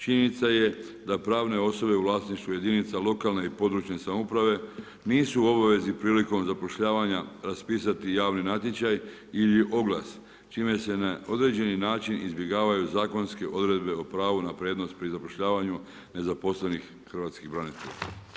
Činjenica je da pravne osobe u vlasništvu jedinica lokalne i područne samouprave nisu u obavezi prilikom zapošljavanja raspisati javni natječaj ili oglas čime se na određeni način izbjegavaju zakonske odredbe o pravu na prednost pri zapošljavanju nezaposlenih hrvatskih branitelja.